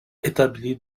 établie